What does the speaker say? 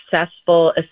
successful